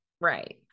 Right